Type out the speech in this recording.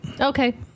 Okay